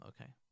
Okay